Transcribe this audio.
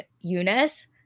Eunice